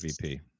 VP